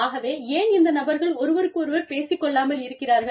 ஆகவே ஏன் இந்த நபர்கள் ஒருவருக்கொருவர் பேசிக் கொள்ளாமல் இருக்கிறார்கள்